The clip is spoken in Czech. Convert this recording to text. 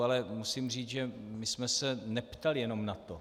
Ale musím říct, že my jsme se neptali jenom na to.